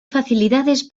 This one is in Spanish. facilidades